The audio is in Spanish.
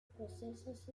procesos